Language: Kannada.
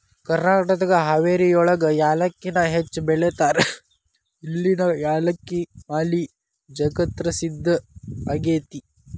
ಕರ್ನಾಟಕದ ಹಾವೇರಿಯೊಳಗ ಯಾಲಕ್ಕಿನ ಹೆಚ್ಚ್ ಬೆಳೇತಾರ, ಇಲ್ಲಿನ ಯಾಲಕ್ಕಿ ಮಾಲಿ ಜಗತ್ಪ್ರಸಿದ್ಧ ಆಗೇತಿ